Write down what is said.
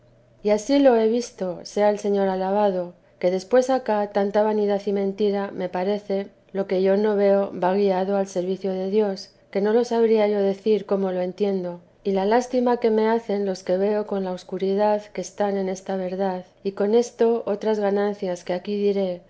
y ansí lo he visto sea el señor alabado que después acá tanta vanidad y mentira me parece lo que yo no veo va guiado al servicio de dios que no lo sabría yo decir como lo entiendo y la lástima que me hacen los que veo con la escuridad que están en esta verdad y con esto otras ganancias que aquí diré